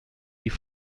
die